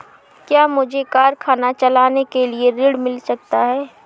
क्या मुझे कारखाना चलाने के लिए ऋण मिल सकता है?